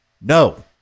No